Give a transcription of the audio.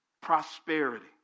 prosperity